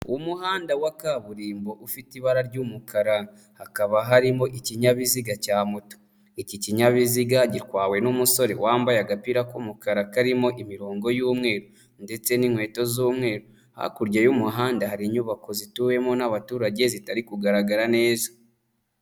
Umuhanda wa kaburimbo ufite ibara ry'umukara, hakaba harimo ikinyabiziga cya moto. Iki kinyabiziga gitwawe n'umusore wambaye agapira k'umukara karimo imirongo y'umweru ndetse n'inkweto z'umweru. Hakurya y'umuhanda hari inyubako zituwemo n'abaturage zitari kugaragara neza.